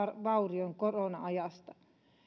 vaurioin korona ajasta